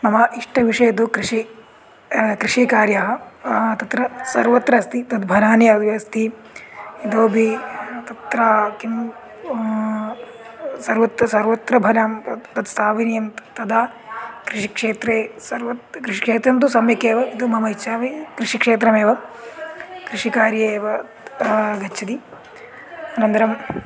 मम इष्टविषयः तु कृषिः कृषिकार्यं तत्र सर्वत्र अस्ति तद्भरानि अपि अस्ति इतोऽपि तत्र किम् सर्वत्र सर्वत्र बलं तत् स्थापनीयं तत् तदा कृषिक्षेत्रे सर्वत्र कृषिक्षेतं तु सम्यकेव इति अहम् इच्छामि कृषिक्षेत्रमेव कृषिकार्ये एव गच्छति अनन्तरम्